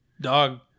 dog